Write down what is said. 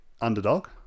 underdog